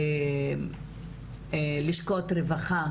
לשכות רווחה,